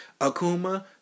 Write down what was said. Akuma